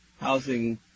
housing